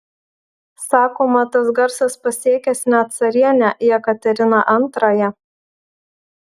sakoma tas garsas pasiekęs net carienę jekateriną antrąją